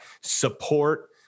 support